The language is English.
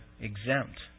exempt